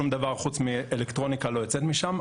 שום דבר חוץ מאלקטרוניקה לא יוצא משם,